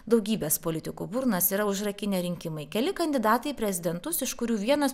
daugybės politikų burnas yra užrakinę rinkimai keli kandidatai į prezidentus iš kurių vienas